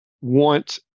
want